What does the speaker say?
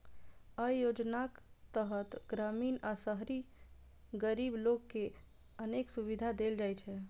अय योजनाक तहत ग्रामीण आ शहरी गरीब लोक कें अनेक सुविधा देल जाइ छै